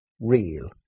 real